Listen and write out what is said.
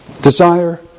desire